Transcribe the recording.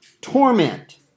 torment